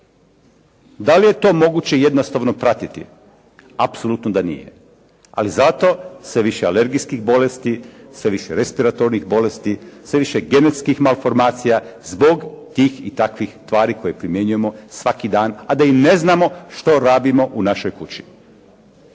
Da li je to moguće jednostavno pratiti? Apsolutno da nije, ali zato sve više alergijskih bolesti, sve više respiratornih bolesti, sve više genetskih malformacija zbog tih i takvih tvari koje primjenjujemo svaki dan, a da i ne znamo što radimo u našoj kući.